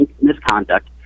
misconduct